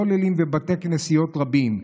כוללים ובתי כנסיות רבים.